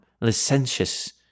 Licentious